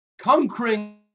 conquering